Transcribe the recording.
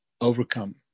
Overcome